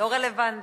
לא רלוונטי,